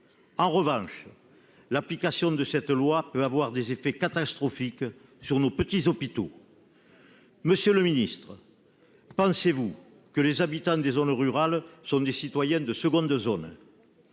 En revanche. L'application de cette loi peut avoir des effets catastrophiques sur nos petits hôpitaux. Monsieur le Ministre. Pensez-vous que les habitants des zones rurales sont des citoyens de seconde zone.